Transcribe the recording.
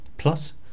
Plus